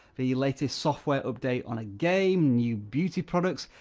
the latest software update on a game, new beauty products,